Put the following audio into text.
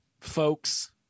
folks